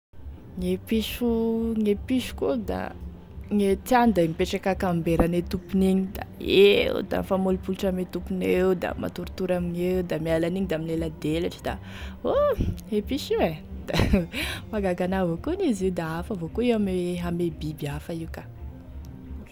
Gne piso gne piso koa da gne tiany da mipetraky ankamberany e tompony igny eo da mifamolopolotry ame tompony eo da matoritory amigneo da miala an'iny da mileladelatry da oh e piso io ein da mahagaga anah avao koa an'izy io da hafa avao koa ame biby hafa io ka.